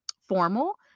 formal